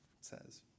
says